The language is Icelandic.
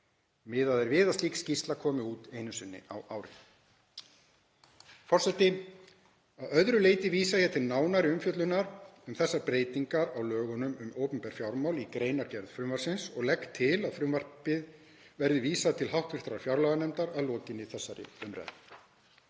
Miðað er við að slík skýrsla komi út einu sinni á ári. Forseti. Að öðru leyti vísa ég til nánari umfjöllunar um þessar breytingar á lögunum um opinber fjármál í greinargerð frumvarpsins og legg til að frumvarpi verði vísað til hv. fjárlaganefndar að lokinni þessari umræðu.